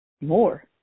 More